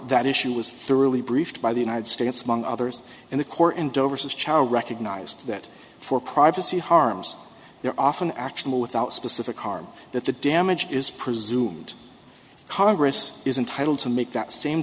that issue was thoroughly briefed by the united states among others in the court and overseas chow recognized that for privacy harms there often actionable without specific harm that the damage is presumed congress is entitled to make that same